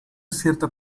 cierta